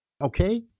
Okay